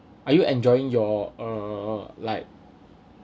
are you enjoying your uh like